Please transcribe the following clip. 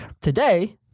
today